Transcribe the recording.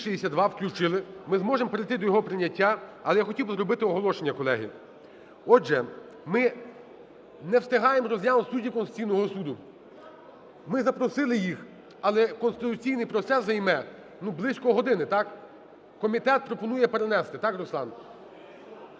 не встигаємо розглянути суддів Конституційного Суду. Ми запросили їх, але конституційний процес займе близько години, так. Комітет пропонує перенести,